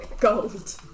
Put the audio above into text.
gold